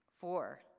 Four